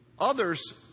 others